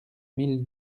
mille